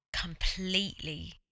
completely